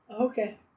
Okay